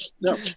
No